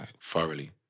thoroughly